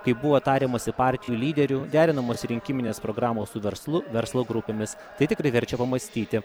kai buvo tariamasi partijų lyderių derinamos rinkiminės programos su verslu verslo grupėmis tai tikrai verčia pamąstyti